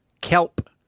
Kelp